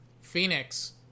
Phoenix